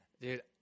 Dude